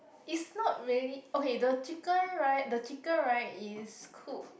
is not really okay the chicken right the chicken right is cook